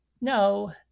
no